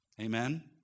Amen